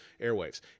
airwaves